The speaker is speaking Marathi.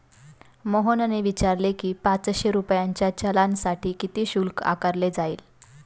मोहनने विचारले की, पाचशे रुपयांच्या चलानसाठी किती शुल्क आकारले जाईल?